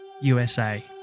USA